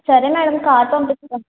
సరే madam car పంపిస్తాను